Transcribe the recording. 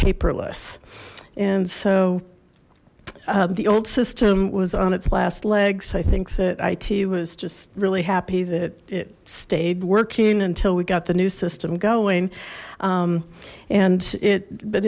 paperless and so the old system was on its last legs i think that it was just really happy that it stayed working until we got the new system going and it but